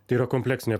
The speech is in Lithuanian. tai yra kompleksinė